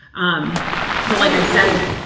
um but like i said,